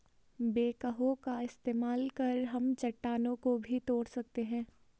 backhoe का इस्तेमाल कर हम चट्टानों को भी तोड़ सकते हैं